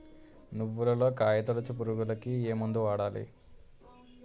నువ్వులలో కాయ తోలుచు పురుగుకి ఏ మందు వాడాలి?